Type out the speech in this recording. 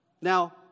Now